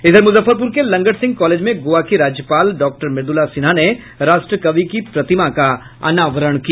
इधर मुजफ्फरपुर के लंगट सिंह कॉलेज में गोवा की राज्यपाल डॉक्टर मृद्रला सिन्हा ने राष्ट्र कवि की प्रतिमा का अनावरण किया